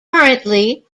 currently